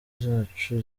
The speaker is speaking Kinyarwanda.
zacu